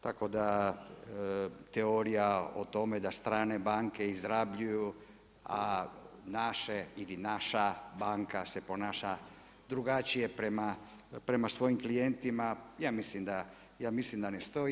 Tako da teorija o tome da strane banke izrabljuju, a naše ili naša banka se ponaša drugačije prema svojim klijentima ja mislim da ne stoji.